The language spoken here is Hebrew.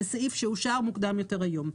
זה סעיף שאושר מוקדם יותר היום.